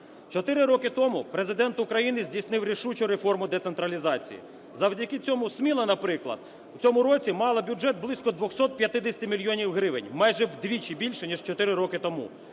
Чотири роки тому Президент України здійснив рішучу реформу децентралізації. Завдяки цьому Сміла, наприклад, в цьому році мала бюджет близько 250 мільйонів гривень – майже вдвічі більше, ніж чотири роки тому.